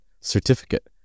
certificate